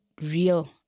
real